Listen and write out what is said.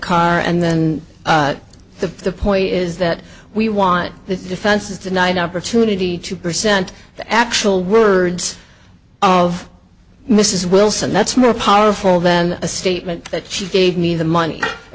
car and then the the point is that we want the defense is denied the opportunity to present the actual words of mrs wilson that's more powerful than a statement that she gave me the money i